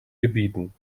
gebieten